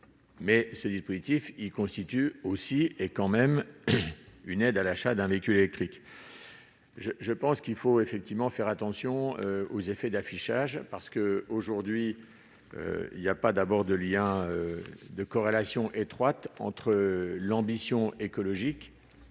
Mais ce dispositif, il constitue aussi et quand même une aide à l'achat d'un véhicule électrique, je pense qu'il faut effectivement faire attention aux effets d'affichage parce que, aujourd'hui, il y a pas d'abord de lien de corrélation étroite entre l'ambition écologique